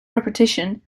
repetition